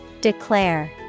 Declare